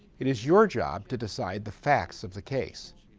it is your job to decide the facts of the case.